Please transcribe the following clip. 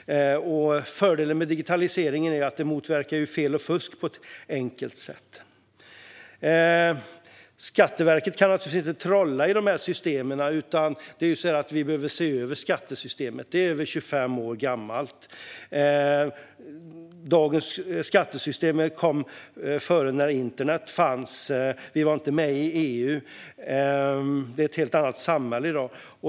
En fördel med digitaliseringen är också att den motverkar fel och fusk på ett enkelt sätt. Skatteverket kan naturligtvis inte trolla i de här systemen, utan vi behöver se över skattesystemet. Det är över 25 år gammalt. Dagens skattesystem kom innan internet fanns. Vi var inte med i EU. Det är ett helt annat samhälle i dag.